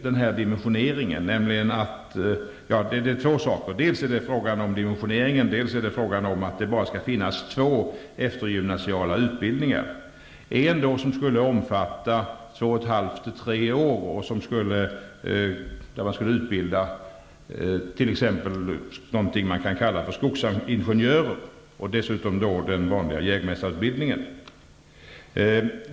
Arbetsgruppen har två utgångspunkter, dels dimensioneringen, dels att det skall finnas bara två eftergymnasiala utbildningar. Den ena skall omfatta två och ett halvt till tre år, och i den skall man utbildas till s.k. skogsingenjör. Den andra blir den vanliga jägmästarutbildningen.